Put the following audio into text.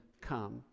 come